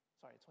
sorry